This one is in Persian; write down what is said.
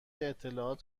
اطلاعات